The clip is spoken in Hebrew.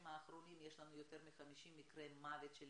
האחרונים יש לנו יותר מ-50 מקרי מוות של